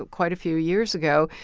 quite a few years ago,